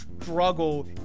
struggle